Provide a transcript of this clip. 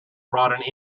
brought